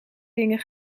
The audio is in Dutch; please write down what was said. dingen